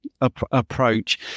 approach